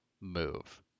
move